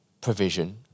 provision